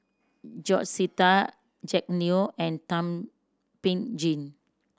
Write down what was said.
George Sita Jack Neo and Thum Ping Tjin